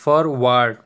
forward